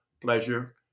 pleasure